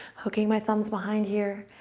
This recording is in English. hooking my thumbs behind here.